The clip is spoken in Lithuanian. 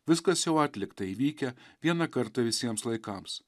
viskas jau atlikta įvykę vieną kartą visiems laikams